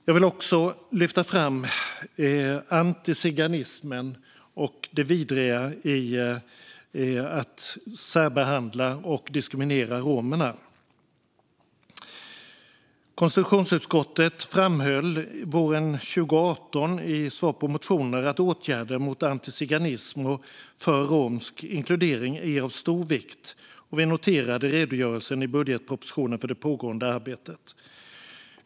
Jag vill också lyfta fram antiziganismen och det vidriga i att särbehandla och diskriminera romer. Konstitutionsutskottet framhöll våren 2018 i svar på motioner att åtgärder mot antiziganism och för romsk inkludering är av stor vikt, och vi noterade redogörelsen i budgetpropositionen för det pågående arbetet.